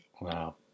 Wow